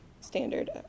standard